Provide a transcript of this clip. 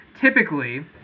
Typically